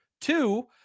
Two